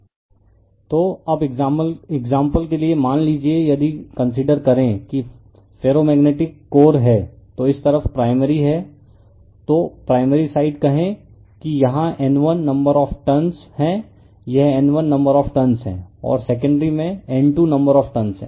refer slide time 0150 तो अब example के लिए मान लीजिए यदि कंसीडर करें कि फेरोमैग्नेटिक कोर हैं और इस तरफ प्राइमरी है तो प्राइमरी साइड कहें कि यहां N1 नंबर ऑफ़ टर्नस हैं यह N1 नंबर ऑफ़ टर्नस है और सेकेंडरी में N2 नंबर ऑफ़ टर्नस हैं